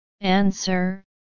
Answer